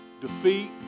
defeat